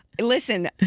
Listen